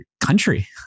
country